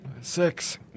Six